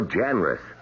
generous